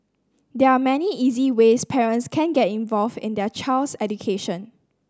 there are many easy ways parents can get involved in their child's education